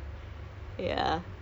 no uh um